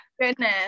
Goodness